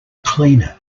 cleaner